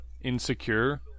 insecure